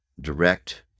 direct